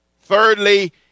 Thirdly